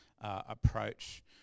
approach